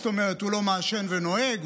זאת אומרת הוא לא מעשן ונוהג,